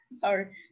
sorry